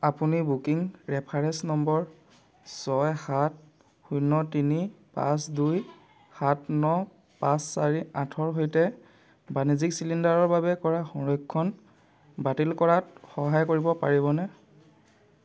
আপুনি booking reference number ছয় সাত শূন্য তিনি পাঁচ দুই সাত ন পাঁচ চাৰি আঠৰ সৈতে বাণিজ্যিক চিলিণ্ডাৰৰ বাবে কৰা সংৰক্ষণ বাতিল কৰাত সহায় কৰিব পাৰিবনে